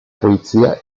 polizia